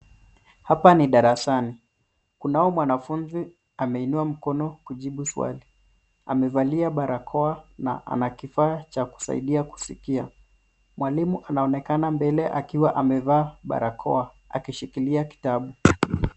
Hapa ni darsani, kunye mwnafunzi ameinua mikono kujibu swali, amevalia barakoa na ana kifaa cha kusaidia kusikia. Mwalimu anaonekan mbele akiwa amevaa barakoa akishikilia kitabu.